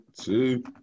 two